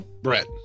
Brett